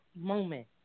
moment